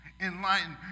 enlightened